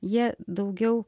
jie daugiau